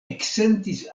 eksentis